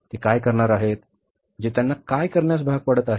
ते काय करणार आहेत जे त्यांना काय करण्यास भाग पाडत आहे